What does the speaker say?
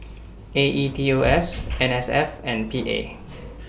A E T O S N S F and P A